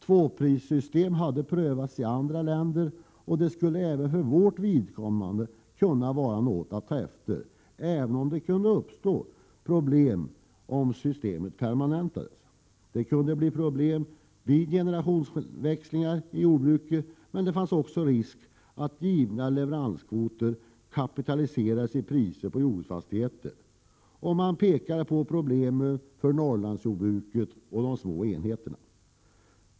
Tvåprissystem hade prövats i andra länder och skulle även för vårt vidkommande kunna vara något att ta efter, även om det kunde uppstå problem om systemet permanentades. Det kunde bli problem vid generationsväxlingar i jordbruket, men det fanns också risk för att givna leveranskvoter kapitaliserades i priser på jordbruksfastigheter. Man pekade också på problem för Norrlandsjordbruket och de små enheterna.